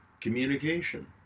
Communication